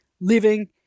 Living